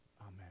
Amen